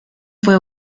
fue